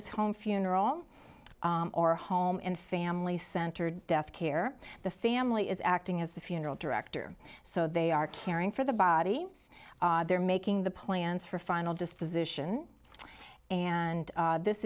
as home funeral or home and family centered death care the family is acting as the funeral director so they are caring for the body they're making the plans for final disposition and this